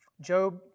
Job